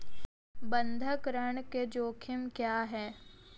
बंधक ऋण के जोखिम क्या हैं?